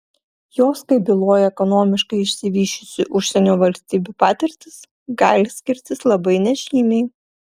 jos kaip byloja ekonomiškai išsivysčiusių užsienio valstybių patirtis gali skirtis labai nežymiai